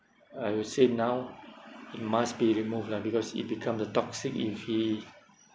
I would say now it must be removed lah because it become the toxic if he